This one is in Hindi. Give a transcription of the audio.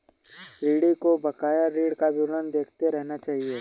ऋणी को बकाया ऋण का विवरण देखते रहना चहिये